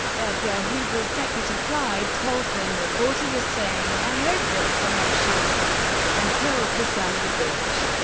edgar hoover's deputy clyde tolson reported as saying, i hope that someone shoots and kills the son of a bitch.